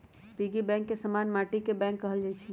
piggy bank के समान्य माटिके बैंक कहल जाइ छइ